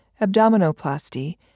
abdominoplasty